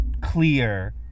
clear